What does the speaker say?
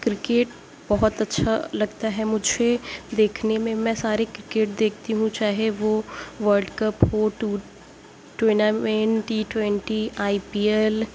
cricket بہت اچھا لگتا ہے مجھے دیکھنے میں میں سارے کرکٹ دیکھتی ہوں چاہے وہ ورلڈ کپ ہو to tournament T twenty I P L